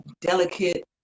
delicate